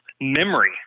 memory